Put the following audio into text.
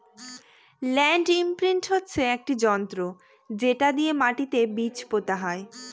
land imprint হচ্ছে একটি যন্ত্র যেটা দিয়ে মাটিতে বীজ পোতা হয়